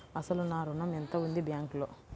అసలు నా ఋణం ఎంతవుంది బ్యాంక్లో?